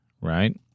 right